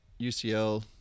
UCL